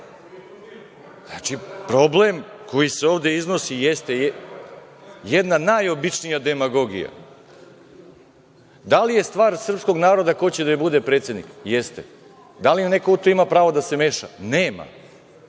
zna. Problem koji se ovde iznosi jeste jedna najobičnija demagogija. Da li je stvar srpskog naroda ko će da joj bude predsednik? Jeste. Da li neko u to ima pravo da se meša? Nema.